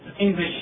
English